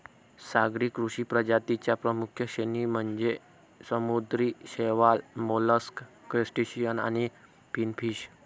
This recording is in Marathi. सागरी कृषी प्रजातीं च्या प्रमुख श्रेणी म्हणजे समुद्री शैवाल, मोलस्क, क्रस्टेशियन आणि फिनफिश